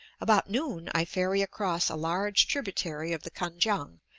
about noon i ferry across a large tributary of the kan-kiang,